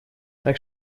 так